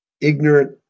ignorant